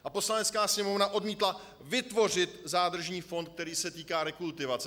A Poslanecká sněmovna odmítla vytvořit zádržní fond, který se týká rekultivace.